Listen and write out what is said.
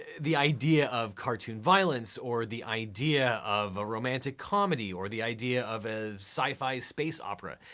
the idea of cartoon violence or the idea of a romantic comedy or the idea of a sci-fi space opera,